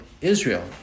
Israel